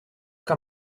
que